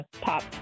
pop